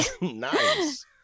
nice